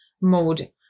mode